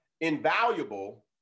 invaluable